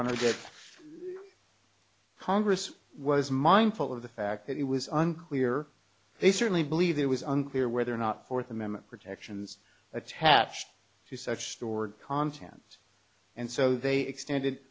honor it congress was mindful of the fact that it was unclear they certainly believe it was unclear whether or not fourth amendment protections attached to such stored content and so they extended